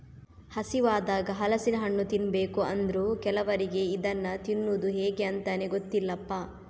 ಹಸಿವಾದಾಗ ಹಲಸಿನ ಹಣ್ಣು ತಿನ್ಬೇಕು ಅಂದ್ರೂ ಕೆಲವರಿಗೆ ಇದನ್ನ ತಿನ್ನುದು ಹೇಗೆ ಅಂತಾನೇ ಗೊತ್ತಿಲ್ಲಪ್ಪ